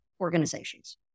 organizations